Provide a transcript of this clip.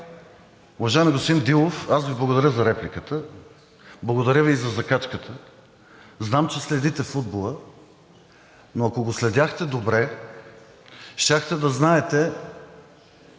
Уважаеми господин Дилов, благодаря Ви за репликата. Благодаря Ви и за закачката. Знам, че следите футбола, но ако го следяхте добре, щяхте да знаете,